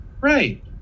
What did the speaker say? Right